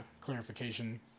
clarification